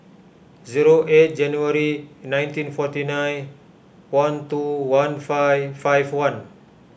zero eight January nineteen forty nine one two one five five one